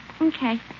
Okay